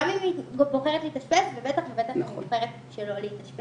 גם אם היא בוחרת להתאשפז ובטח ובטח אם היא בוחרת שלא להתאשפז.